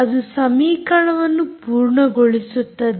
ಅದು ಸಮೀಕರಣವನ್ನು ಪೂರ್ಣಗೊಳಿಸುತ್ತದೆ